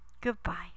Goodbye